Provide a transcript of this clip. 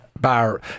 bar